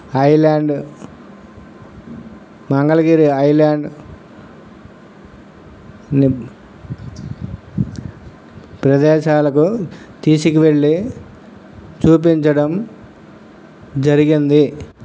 island Mangalagiri island ప్రదేశాలకు తీసుకువెళ్ళి చూపించడం జరిగింది